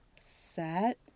set